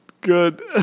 good